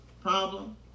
problem